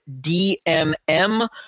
DMM